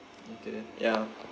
okay ya